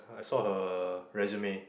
I saw her resume